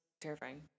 terrifying